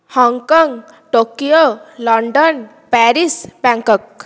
Hong Kong Tokyo London Paris Bangkok